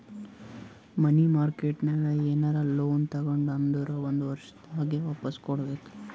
ಮನಿ market ನಾಗ್ ಏನರೆ loan ತಗೊಂಡಿ ಅಂದುರ್ ಒಂದ್ ವರ್ಷನಾಗೆ ವಾಪಾಸ್ ಕೊಡ್ಬೇಕ್